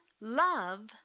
love